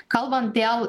kalbant dėl